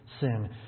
sin